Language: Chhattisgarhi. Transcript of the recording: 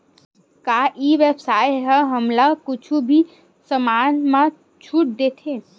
का ई व्यवसाय ह हमला कुछु भी समान मा छुट देथे?